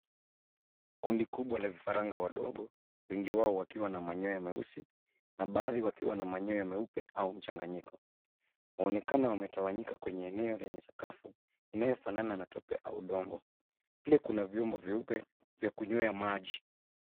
Kundi kubwa la vifaranga wadogo, wengi wao wakiwa na manyoya meusi na baadhi wakiwa na manyoya meupe au mchanganyiko. Waonekana wametawanyika kwenye eneo lenye sakafu inayofana na tope au udongo. Chini kuna vyombo vyeupe vya kunywea maji.